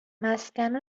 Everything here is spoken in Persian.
مسکن